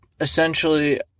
Essentially